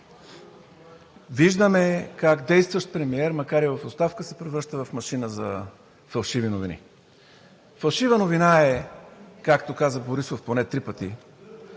Виждаме как действащ премиер, макар и в оставка, се превръща в машина на фалшиви новини. Фалшива новина е, както каза Борисов поне три пъти,